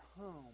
home